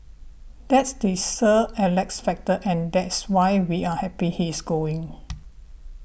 that's the Sir Alex factor and that's why we're happy he's going